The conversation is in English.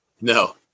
No